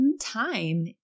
time